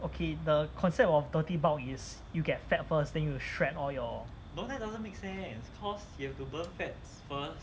okay the concept of dirty bulk is you get fat first then you shred all your